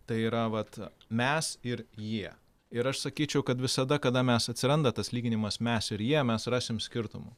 tai yra vat mes ir jie ir aš sakyčiau kad visada kada mes atsiranda tas lyginimas mes riejamės rasim skirtumų